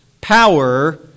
power